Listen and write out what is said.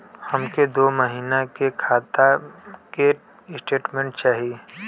हमके दो महीना के खाता के स्टेटमेंट चाही?